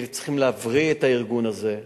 כי צריכים להבריא את הארגון הזה.